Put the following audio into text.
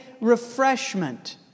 refreshment